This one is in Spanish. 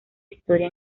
historia